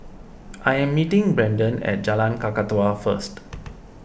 I am meeting Brendon at Jalan Kakatua first